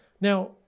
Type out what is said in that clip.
Now